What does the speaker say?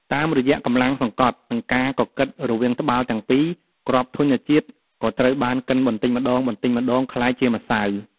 តាមរយៈកម្លាំងសង្កត់ និងការកកិតរវាងត្បាល់ទាំងពីរ គ្រាប់ធញ្ញជាតិក៏ត្រូវបានកិនបន្តិចម្ដងៗក្លាយជាម្សៅ។